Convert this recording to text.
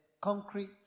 concrete